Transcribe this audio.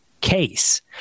case